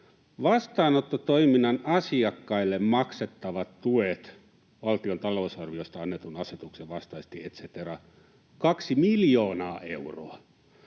vastaanottotoiminnan asiakkaille maksettavat tuet, valtion talousarviosta annetun asetuksen vastaisesti et cetera, kaksi miljoonaa euroa.